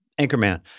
Anchorman